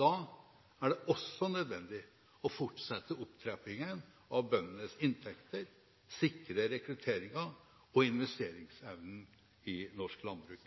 Da er det også nødvendig å fortsette opptrappingen av bøndenes inntekter og sikre rekrutteringen og investeringsevnen til norsk landbruk.